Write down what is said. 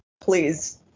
please